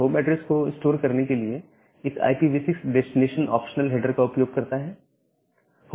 home address को store करने के लिए यह इस IPv6 डेस्टिनेशन ऑप्शनल हेडर्स का उपयोग करता है